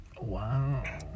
wow